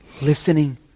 listening